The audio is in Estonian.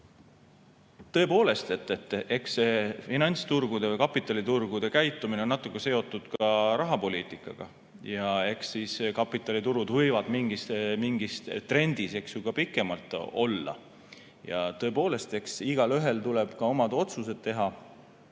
Tõepoolest, eks see finantsturgude või kapitaliturgude käitumine on natuke seotud rahapoliitikaga ja kapitaliturud võivad mingis trendis ka pikemalt olla. Ja tõepoolest, eks igaühel tuleb oma otsused teha